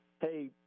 hey